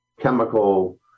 chemical